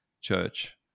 church